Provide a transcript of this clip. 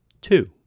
Two